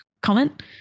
comment